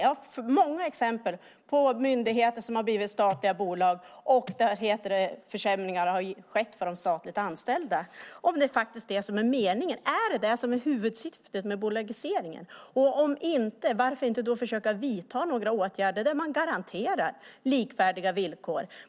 Jag har många exempel på myndigheter som har blivit statliga bolag, där försämringar har skett för de statligt anställda. Jag vill fråga statsrådet om det är det som är meningen. Är det det här som är huvudsyftet med bolagiseringen? Om inte, varför inte då försöka vidta några åtgärder där man garanterar likvärdiga villkor?